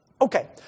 okay